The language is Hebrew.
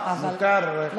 למה?